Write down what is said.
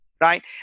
right